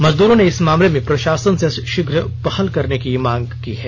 मजदूरों ने इस मामले में प्रषासन से शीघ्र पहल करने की मांग की है